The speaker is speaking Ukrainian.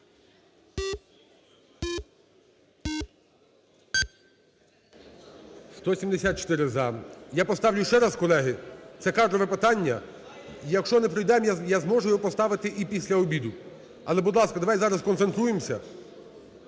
За-174 Я поставлю ще раз, колеги. Це кадрове питання. Якщо не пройдемо, я зможу його поставити і після обіду. Але, будь ласка, давайте зараз сконцентруємося.